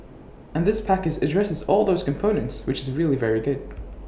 and this package addresses all those components which is really very good